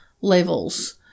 levels